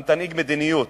אם תנהיג מדיניות,